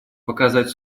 показать